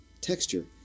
texture